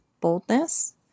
boldness